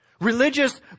Religious